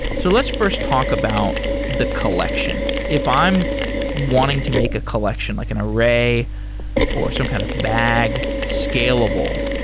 so let's first talk about the collection. if i'm wanting to make a collection like an array or some kind of bag scalable,